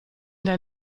der